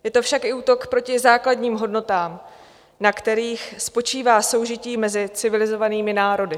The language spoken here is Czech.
Je to však i útok proti základním hodnotám, na kterých spočívá soužití mezi civilizovanými národy.